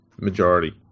majority